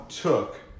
took